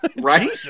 right